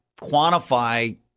quantify